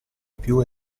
più